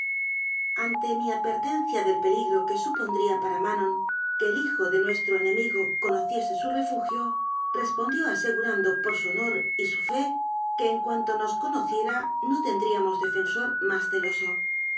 mi advertencia del peligro que su pondría para manon que el hijo de nuestro ene migo conociese su refugio respondió asegurando por su honor y su fe que en cuanto nos conociera no tendríamos defensor más celoso